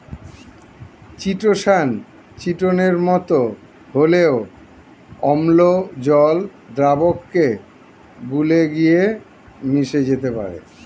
chitosan চিটোনের মতো হলেও অম্ল জল দ্রাবকে গুলে গিয়ে মিশে যেতে পারে